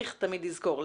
צריך תמיד לזכור,